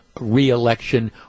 re-election